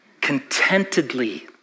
contentedly